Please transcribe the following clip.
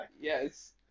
Yes